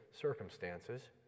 circumstances